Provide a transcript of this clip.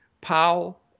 Powell